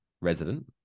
resident